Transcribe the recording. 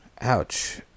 Ouch